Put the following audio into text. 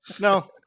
No